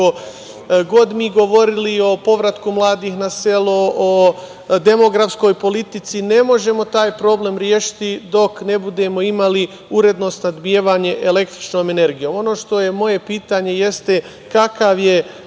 god mi govorili o povratku mladih na selo, o demografskoj politici, ne možemo taj problem rešiti dok ne budemo imali uredno snabdevanje električnom energijom. Ono što je moje pitanje jeste, kakav je